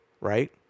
Right